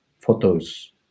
photos